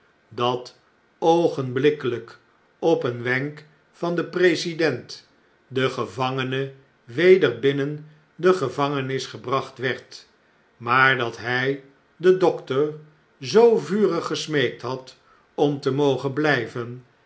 dat oogenblikkeljjk op een wenk van den president de gevangene weder binnen de gevangenis gebracht werd maar dat htj de dokter zoo vurig gesmeekt had om te mogen blijven